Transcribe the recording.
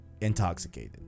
intoxicated